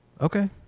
okay